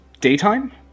daytime